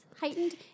Heightened